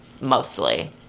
Mostly